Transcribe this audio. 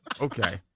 Okay